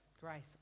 grace